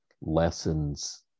lessons